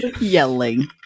Yelling